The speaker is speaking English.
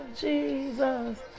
Jesus